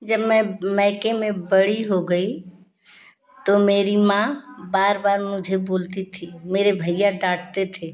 जब मैं मायके में बड़ी हो गई तो मेरी माँ बार बार मुझे बोलती थी मेरे भैया डाँटते थे